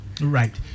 Right